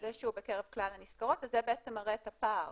זה בעצם מראה את הפער